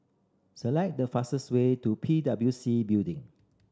select the fastest way to P W C Building